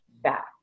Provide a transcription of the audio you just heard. back